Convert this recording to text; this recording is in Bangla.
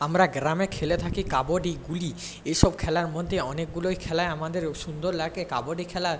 আমরা গ্রামে খেলে থাকি কাবাডি গুলি এসব খেলার মধ্যে অনেকগুলোই খেলা আমাদের সুন্দর লাগে কাবাডি খেলা